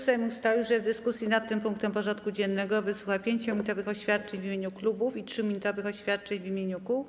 Sejm ustalił, że w dyskusji nad tym punktem porządku dziennego wysłucha 5-minutowych oświadczeń w imieniu klubów i 3-minutowych oświadczeń w imieniu kół.